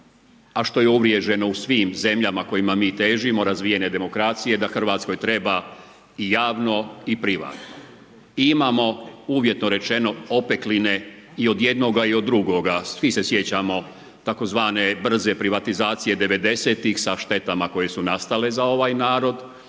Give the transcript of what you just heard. a što je uvriježeno u svim zemljama kojima mi težimo, razvijene demokracije da Hrvatskoj treba i javno i privatno. I imamo uvjetno rečeno opekline i od jednoga i od drugoga. Svi se sjećamo tzv. brze privatizacije '90.-tih sa štetama koje su nastale za ovaj narod